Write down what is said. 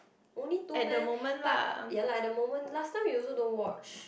only two meh but ya lah at the moment last time you also don't watch